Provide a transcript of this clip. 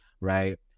right